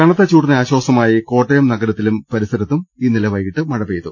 കടുത്ത ചൂടിന് ആശ്വാസമായി കോട്ടയം നഗരത്തിലും പരി സരത്തും ഇന്നലെ വൈകിട്ട് മഴ പെയ്തു